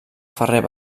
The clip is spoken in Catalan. ferrer